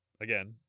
again